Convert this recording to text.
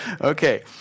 Okay